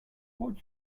would